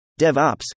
DevOps